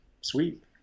sweet